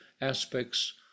aspects